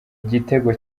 igitego